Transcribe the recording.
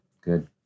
Good